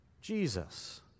Jesus